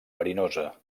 verinosa